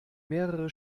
mehrere